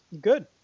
Good